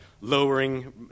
lowering